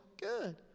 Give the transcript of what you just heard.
good